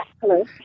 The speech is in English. Hello